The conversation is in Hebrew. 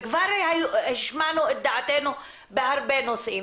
וכבר השמענו את דעתנו בהרבה נושאים,